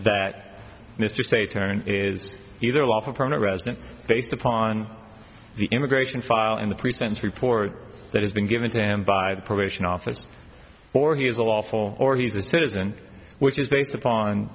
that mr say turn is either a lawful permanent resident based upon the immigration file in the pre sentence report that has been given to him by the probation office or he is a lawful or he's a citizen which is based upon